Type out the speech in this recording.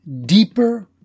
deeper